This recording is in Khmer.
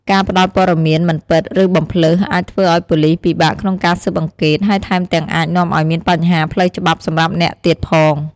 ការផ្ដល់ព័ត៌មានមិនពិត ឬបំភ្លើស អាចធ្វើឲ្យប៉ូលីសពិបាកក្នុងការស៊ើបអង្កេត ហើយថែមទាំងអាចនាំឲ្យមានបញ្ហាផ្លូវច្បាប់សម្រាប់អ្នកទៀតផង។